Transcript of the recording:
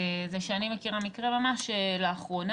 זה שאני מכירה מקרה ממש לאחרונה,